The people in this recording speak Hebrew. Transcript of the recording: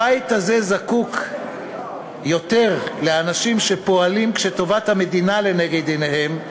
הבית הזה זקוק יותר לאנשים שפועלים כשטובת המדינה לנגד עיניהם,